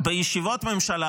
בישיבות הממשלה,